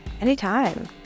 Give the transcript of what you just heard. anytime